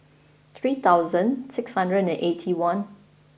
three thousand six hundred and eighty one